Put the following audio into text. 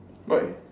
right